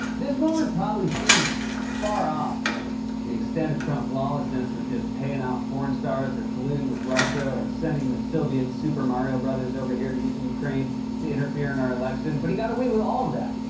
this moment probably seemed far off when the extent of trump's lawlessness was just paying off porn stars or colluding with russia or sending the soviet super mario brothers over here to get ukraine to interfere in our election. but he got away with all of that.